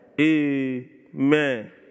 Amen